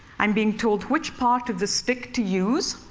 i'm being told which part of the stick to use.